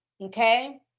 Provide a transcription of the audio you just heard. okay